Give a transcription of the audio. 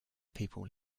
people